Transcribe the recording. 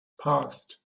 passed